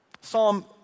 Psalm